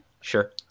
Sure